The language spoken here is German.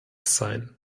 sein